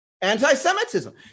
anti-Semitism